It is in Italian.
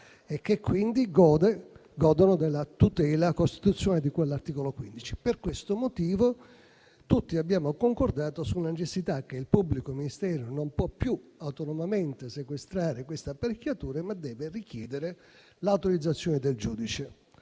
e che quindi gode della tutela costituzionale di cui all'articolo 15. Per questo motivo, tutti abbiamo concordato sulla necessità che il pubblico ministero non può più autonomamente sequestrare questa apparecchiatura, ma deve richiedere l'autorizzazione del giudice.